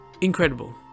Incredible